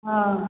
हँ